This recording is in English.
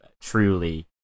truly